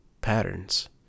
Patterns